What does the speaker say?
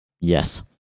Yes